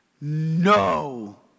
no